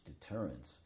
deterrence